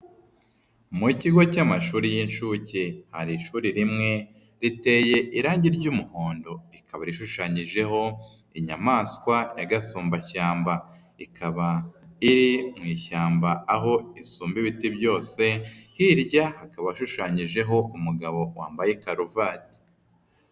Mu kigo cy'amashuri y'inshuke hari ishuri rimwe riteye irangi ry'umuhondo, rikaba rishushanyijeho inyamaswa y'agasumbashyamba. Ikaba iri mu ishyamba aho isumba ibiti byose, hirya hakaba hashushanyijeho umugabo wambaye karuvati.